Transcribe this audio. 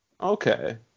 Okay